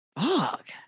Fuck